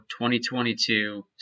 2022